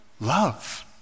love